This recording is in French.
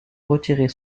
retirer